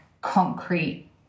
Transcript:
concrete